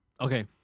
Okay